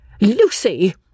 Lucy